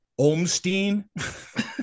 olmstein